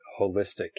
holistic